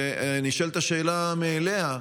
ונשאלת השאלה מאליה: